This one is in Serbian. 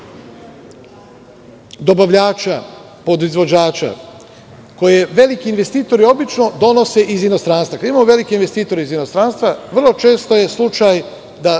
dobavljača, podizvođača koja je veliki investitor i obično donose iz inostranstva. Kada imamo velike investitore iz inostranstva, vrlo često je slučaj da